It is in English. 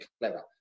clever